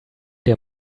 der